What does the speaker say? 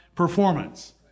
Performance